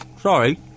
sorry